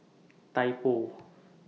Typo